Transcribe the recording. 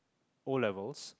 O-levels